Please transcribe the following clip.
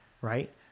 right